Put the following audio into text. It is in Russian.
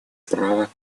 права